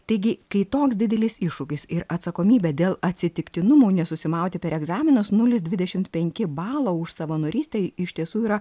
taigi kai toks didelis iššūkis ir atsakomybė dėl atsitiktinumo nesusimauti per egzaminus nulis dvidešimt penki balo už savanorystę iš tiesų yra